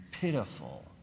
pitiful